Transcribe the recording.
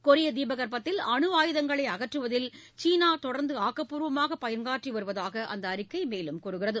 கொரிய தீபகற்பத்தில் அனு ஆயுதங்களை அகற்றுவதில் சீனா தொடர்ந்து ஆக்கப்பூர்வமான பங்காற்றிவருவதாக அந்த அறிக்கை கூறுகிறது